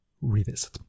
revisit